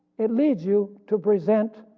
it leads you to present